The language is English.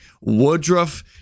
Woodruff